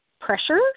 pressure